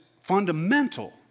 fundamental